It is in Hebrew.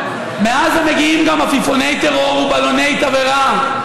מעזה מגיעים גם עפיפוני טרור ובלוני תבערה.